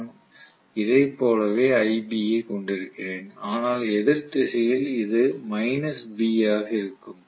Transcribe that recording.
நான் இதை போலவே iB ஐ கொண்டிருக்கிறேன் ஆனால் எதிர் திசையில் இது B ஆக இருக்கும்